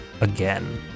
again